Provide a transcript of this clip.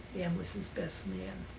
ham was his best man.